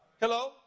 Hello